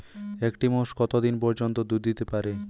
একটি মোষ কত দিন পর্যন্ত দুধ দিতে পারে?